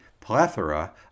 plethora